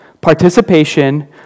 participation